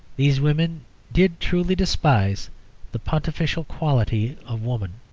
these women did truly despise the pontifical quality of woman.